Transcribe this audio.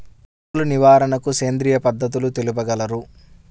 తెగులు నివారణకు సేంద్రియ పద్ధతులు తెలుపగలరు?